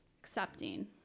accepting